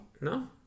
No